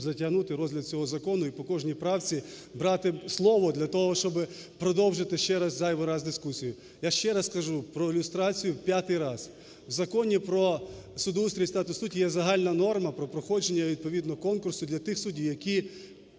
щоб затягнути розгляд цього закону і по кожній правці брати слово для того, щоби продовжити ще раз зайвий раз дискусію. Я ще раз кажу про люстрацію, п'ятий раз. В Законі "Про судоустрій і статус суддів" є загальна норма про проходження відповідного конкурсу для тих суддів, які